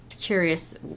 curious